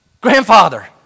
grandfather